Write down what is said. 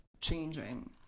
changing